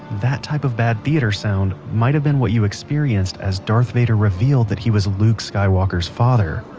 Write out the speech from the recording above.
that type of bad theater sound might have been what you experienced as darth vader revealed that he was luke skywalker's father.